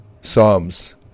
psalms